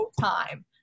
time